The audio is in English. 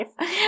life